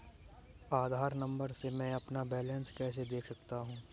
आधार number से मैं अपना बैलेंस कैसे देख सकता हूँ?